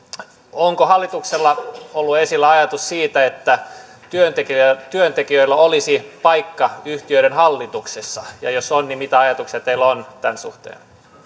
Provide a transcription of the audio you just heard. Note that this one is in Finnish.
onko hallituksella ollut esillä ajatus siitä että työntekijöillä olisi paikka yhtiöiden hallituksessa ja ja jos on niin mitä ajatuksia teillä on tämän suhteen